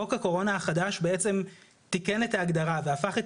חוק הקורונה החדש בעצם תיקן את ההגדרה והפך את